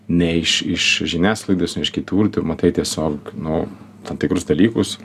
ne iš iš žiniasklaidos ne iš kitur tu matai tiesiog nu tam tikrus dalykus